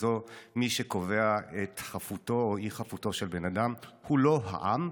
שכזאת מי שקובע את חפותו או אי-חפותו של בן אדם הוא לא העם,